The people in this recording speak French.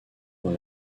dans